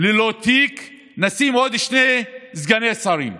ללא תיק, נשים עוד שני סגני שרים.